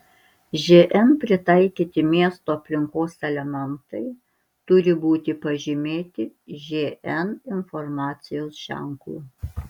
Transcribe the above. žn pritaikyti miesto aplinkos elementai turi būti pažymėti žn informacijos ženklu